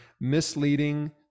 misleading